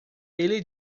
ele